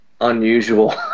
unusual